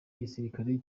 igisirikare